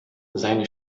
seine